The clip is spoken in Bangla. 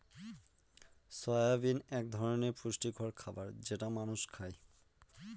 সয়াবিন এক ধরনের পুষ্টিকর খাবার যেটা মানুষ খায়